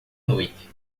noite